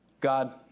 God